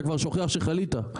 אתה כבר שוכח שחלית.